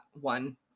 one